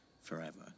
forever